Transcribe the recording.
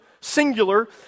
singular